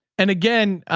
and again,